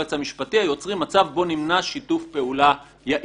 היועץ המשפטי היוצרים מצב בו נמנע שיתוף פעולה יעיל.